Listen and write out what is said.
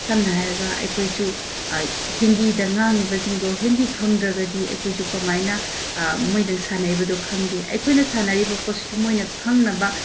ꯁꯝꯅ ꯍꯥꯏꯔꯒ ꯑꯩꯈꯣꯏꯁꯨ ꯍꯤꯟꯗꯤꯗ ꯉꯥꯡꯉꯤꯕꯁꯤꯡꯗꯣ ꯍꯤꯟꯗꯤ ꯈꯪꯗ꯭ꯔꯒꯗꯤ ꯑꯩꯈꯣꯏꯁꯨ ꯀꯃꯥꯏꯅ ꯃꯣꯏꯅ ꯁꯥꯟꯅꯔꯤꯕꯗꯣ ꯈꯪꯗꯦ ꯑꯩꯈꯣꯏꯅ ꯁꯥꯟꯅꯔꯤꯕ ꯄꯣꯠꯁꯤꯁꯨ ꯃꯣꯏꯅ ꯈꯪꯅꯕ